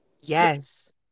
Yes